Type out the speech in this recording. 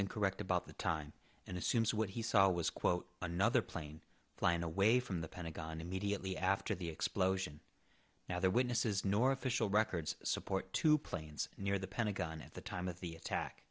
incorrect about the time and assumes what he saw was quote another plane flying away from the pentagon immediately after the explosion now the witnesses nor official records support two planes near the pentagon at the time of the attack